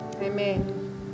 Amen